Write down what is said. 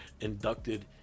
inducted